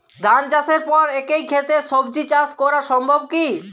ধান চাষের পর একই ক্ষেতে সবজি চাষ করা সম্ভব কি?